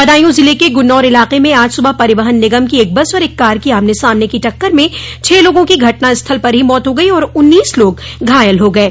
बदायूं जिले के गुन्नौर इलाक में आज सुबह परिवहन निगम की एक बस और एक कार की आमने सामने की टक्कर में छह लोगों की घटनास्थल पर ही मौत हो गई और उन्नीस लोग घायल हो गये